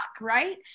right